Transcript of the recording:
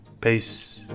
peace